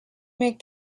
make